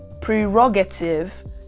prerogative